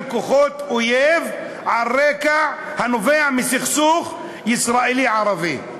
כוחות אויב על רקע הנובע מהסכסוך הישראלי ערבי.